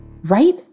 right